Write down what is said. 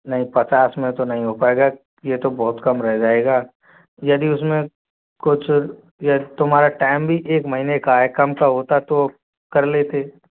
नहीं पचास में तो नहीं हो पाएगा यह तो बहुत कम रह जाएगा यदि उसमें कुछ यह तुम्हारा टाइम भी एक महीने का है कम का होता तो कर लेते